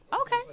Okay